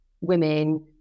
women